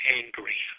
angry